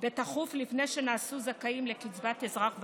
בתכוף לפני שנעשו זכאים לקצבת אזרח ותיק.